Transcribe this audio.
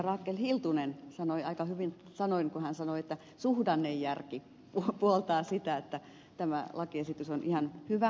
rakel hiltunen sanoi aika hyvin sanoin kun hän sanoi että suhdannejärki puoltaa sitä että tämä lakiesitys on ihan hyvä